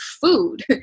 food